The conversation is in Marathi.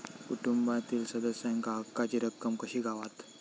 कुटुंबातील सदस्यांका हक्काची रक्कम कशी गावात?